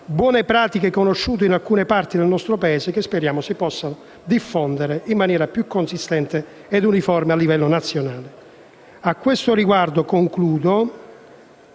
buone pratiche conosciute in alcune parti del nostro Paese, che speriamo si possano diffondere in maniera più consistente e uniforme a livello nazionale. A questo riguardo - e concludo